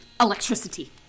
electricity